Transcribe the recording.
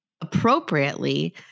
appropriately